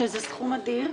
שזה סכום אדיר,